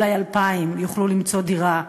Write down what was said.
אולי 2,000 יוכלו למצוא דירה בסכומים,